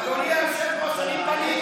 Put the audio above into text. אדוני היושב-ראש,